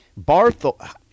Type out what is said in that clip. Barthol